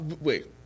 wait